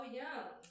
young